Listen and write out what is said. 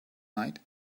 night